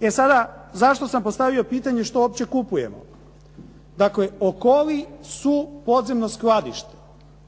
E sada, zašto sam postavio pitanje što uopće kupujemo? Dakle, Okoli su podzemno skladište,